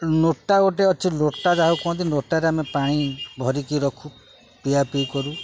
ନୋଟା ଗୋଟେ ଅଛି ଲୋଟା ଯାହା କୁହନ୍ତି ନୋଟାରେ ଆମେ ପାଣି ଭରିକି ରଖୁ ପିଆ ପିଇ କରୁ